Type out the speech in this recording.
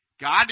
God